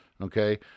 okay